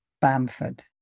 Bamford